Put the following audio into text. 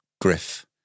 Griff